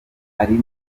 ari